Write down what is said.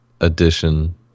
edition